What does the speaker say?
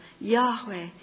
Yahweh